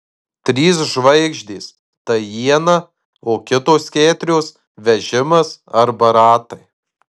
trys žvaigždės tai iena o kitos keturios vežimas arba ratai